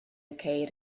ceir